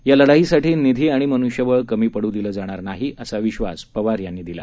या लढाईसाठी निधी आणि मनुष्यबळ कमी पडू दिलं जाणार नाही असा विश्वास पवार यांनी दिला